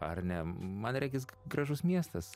ar ne man regis gražus miestas